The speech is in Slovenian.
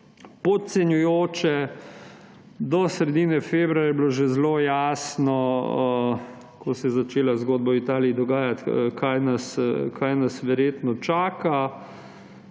podcenjujoče. Do sredine februarja je bilo že zelo jasno, ko se je začela dogajati zgodba v Italiji, kaj nas verjetno čaka.